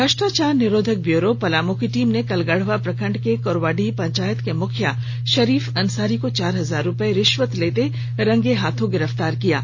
भ्रष्टाचार निरोधक ब्यूरो पलामू की टीम ने कल गढ़वा प्रखंड के कोरवाडीह पंचायत के मुखिया शरीफ अंसारी को चार हजार रुपये रिश्वत लेते रंगे हाथ गिरफ्तार किया है